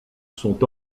sont